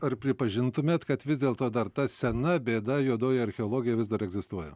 ar pripažintumėt kad vis dėl to dar ta sena bėda juodoji archeologija vis dar egzistuoja